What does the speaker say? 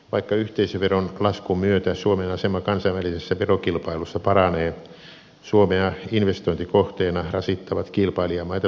vaikka yhteisöveron laskun myötä suomen asema kansainvälisessä verokilpailussa paranee suomea investointikohteena rasittavat kilpailijamaita suuremmat kustannukset